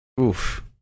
Oof